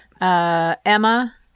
Emma